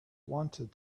wanted